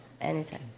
Anytime